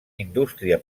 indústria